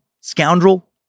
scoundrel